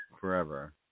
forever